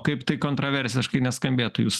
kaip tai kontroversiškai neskambėtų jūs